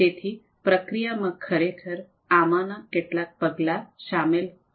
તેથી પ્રક્રિયામાં ખરેખર આમાંના કેટલાક પગલાં શામેલ હોય છે